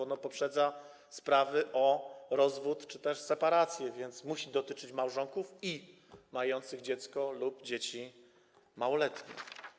Ono poprzedza sprawy o rozwód czy też separację, więc musi dotyczyć małżonków mających dziecko lub dzieci małoletnie.